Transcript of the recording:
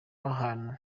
ahantu